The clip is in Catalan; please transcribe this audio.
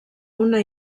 una